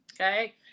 okay